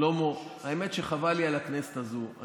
שלמה: האמת היא שחבל לי על הכנסת הזאת.